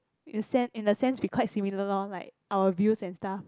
in sense in a sense we quite similar lor like our views and stuff